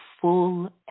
full